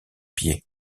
pied